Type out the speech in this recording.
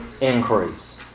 increase